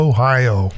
Ohio